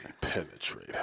penetrate